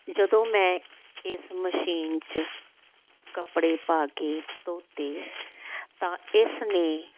ਜਦੋਂ ਮੈਂ ਇਸ ਮਸ਼ੀਨ 'ਚ ਕੱਪੜੇ ਪਾ ਕੇ ਧੋਤੇ ਤਾਂ ਇਸਨੇ